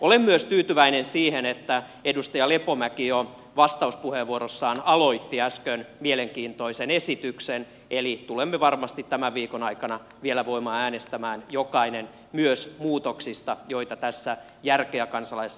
olen myös tyytyväinen siihen että edustaja lepomäki jo vastauspuheenvuorossaan aloitti äsken mielenkiintoisen esityksen eli voimme varmasti jokainen tämän viikon aikana vielä äänestää myös muutoksista joita tässä järkeä kansalais